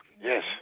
Yes